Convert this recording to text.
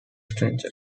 stranger